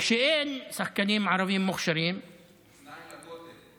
כשאין שחקנים ערבים מוכשרים, אוזניים לכותל.